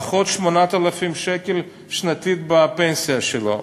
פחות 8,000 שקל שנתית בפנסיה שלו.